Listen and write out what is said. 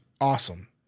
awesome